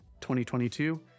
2022